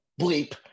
bleep